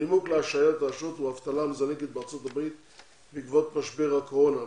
הנימוק להשעיית האשרות הוא אבטלה המזנקת בארה"ב בעקבות משבר הקורונה.